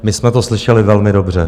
My jsme to slyšeli velmi dobře.